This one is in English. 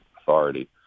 authority